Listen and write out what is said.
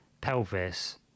pelvis